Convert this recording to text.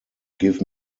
give